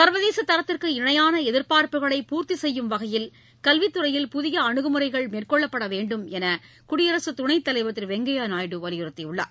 சர்வதேச தரத்திற்கு இணையான எதிர்பார்ப்புகளை பூர்த்தி செய்யும் வகையில் கல்வித் துறையில் புதிய அனுகுமுறைகள் மேற்கொள்ளப்பட வேண்டும் என்று குடியரசுத் துணைத் தலைவர் திரு வெங்கய்யா நாயுடு வலியுறுத்தியுள்ளார்